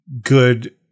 good